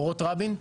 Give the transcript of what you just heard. באורות רבין,